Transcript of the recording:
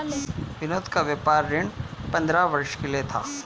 विनोद का व्यापार ऋण पंद्रह वर्ष के लिए था